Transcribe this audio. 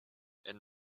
and